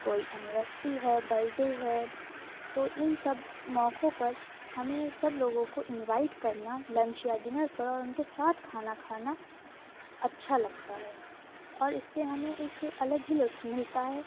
کوئی اینیورسری ہے birthday ہے تو ان سب موقعوں پر ہمیں سب لوگوں کو انوائٹ کرنا لنچ یا ڈنر پر اور ان کے ساتھ کھانا کھانا اچھا لگتا ہے اور اس سے ہمیں ایک الگ ہی لطف ملتا ہے